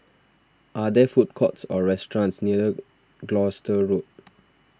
are there food courts or restaurants near Gloucester Road